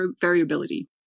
variability